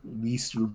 least